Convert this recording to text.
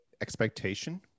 expectation